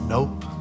Nope